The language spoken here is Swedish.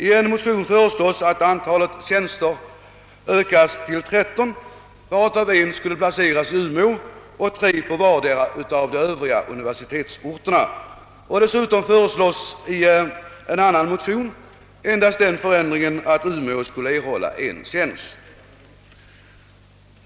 I en motion föreslås att antalet tjänster ökas till 13, varav en skulle placeras i Umeå och tre på vardera av de övriga universitetsorterna. Dessutom föreslås i en annan motion endast den förändringen att Umeå skulle erhålla en hel tjänst.